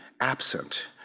absent